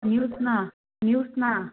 ನ್ಯೂಸ್ನ ನ್ಯೂಸ್ನ